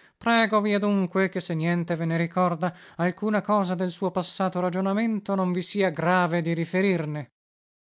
piacerà pregovi adunque che se niente ve ne ricorda alcuna cosa del suo passato ragionamento non vi sia grave di riferirne scol